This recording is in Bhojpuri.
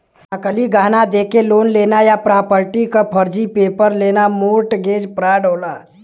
नकली गहना देके लोन लेना या प्रॉपर्टी क फर्जी पेपर पर लेना मोर्टगेज फ्रॉड होला